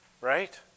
Right